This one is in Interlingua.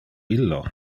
illo